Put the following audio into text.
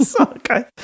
Okay